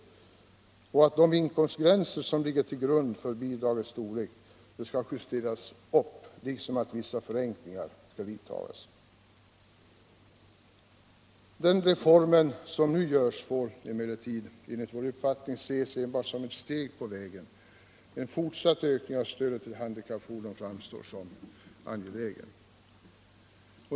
Vidare föreslås att de inkomstgränser som ligger till grund för bidragets storlek skall justeras upp och att vissa förenklingar skall vidtas. Men den reform som nu görs får enligt vår uppfattning ses enbart som ett steg på vägen. En fortsatt ökning av stödet till handikappfordon framstår som angelägen.